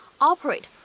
operate